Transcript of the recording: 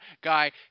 guy